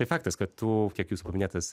faktas kad tų kiek jūsų paminėtos